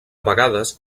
vegades